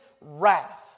wrath